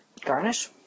garnish